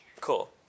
Cool